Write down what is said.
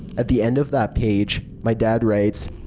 at the end of that page, my dad writes,